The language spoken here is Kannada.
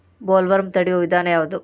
ಬೊಲ್ವರ್ಮ್ ತಡಿಯು ವಿಧಾನ ಯಾವ್ದು?